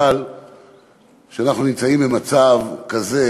אבל כשאנחנו נמצאים במצב כזה,